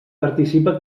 participa